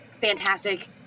fantastic